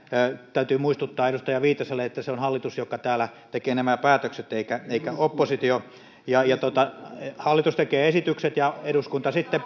täytyy muistuttaa edustaja viitaselle että se on hallitus joka täällä tekee nämä päätökset eikä eikä oppositio hallitus tekee esitykset ja eduskunta sitten